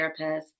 therapists